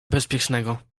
bezpiecznego